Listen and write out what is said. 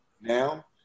now